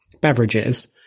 beverages